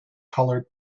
colored